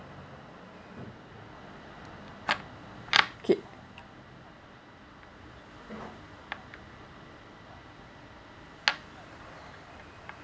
okay